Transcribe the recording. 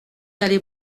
allez